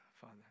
Father